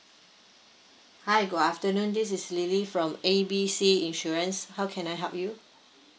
hi good afternoon this is lily from A B C insurance how can I help you